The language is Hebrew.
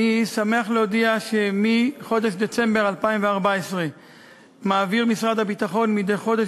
אני שמח להודיע שמחודש דצמבר 2014 מעביר משרד הביטחון מדי חודש